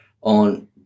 on